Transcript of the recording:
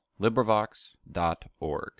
LibriVox.org